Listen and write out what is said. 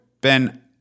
Ben